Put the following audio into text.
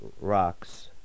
Rock's